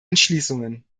entschließungen